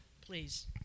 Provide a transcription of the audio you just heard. Please